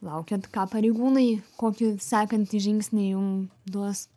laukiat ką pareigūnai kokį sekantį žingsnį jum duos